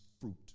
fruit